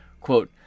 Quote